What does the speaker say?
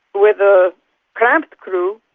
with a cramped crew,